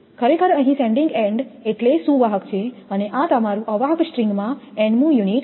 ખરેખર અહીં sending end એટલે સુવાહક છે અને આ તમારું અવાહક સ્ટ્રિંગ માં n મુ યુનિટ છે